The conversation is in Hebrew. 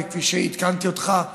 וכפי שעדכנתי אותך,